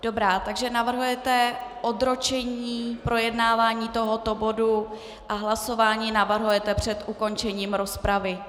Dobrá, takže navrhujete odročení projednávání tohoto bodu a hlasování navrhujete před ukončením rozpravy.